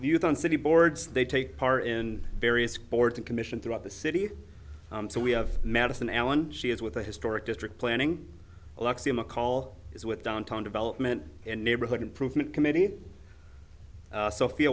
youth on city boards they take part in various boards and commission throughout the city so we have madison allen she is with the historic district planning alexia mccall is with downtown development and neighborhood improvement committee sophia